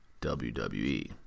WWE